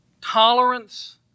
Tolerance